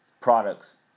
products